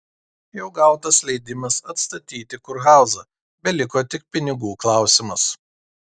jau gautas leidimas atstatyti kurhauzą beliko tik pinigų klausimas